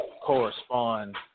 correspond